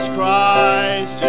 Christ